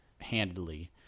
handily